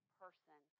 person